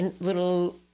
little